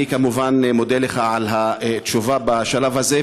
אני כמובן מודה לך על התשובה בשלב הזה,